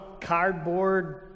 cardboard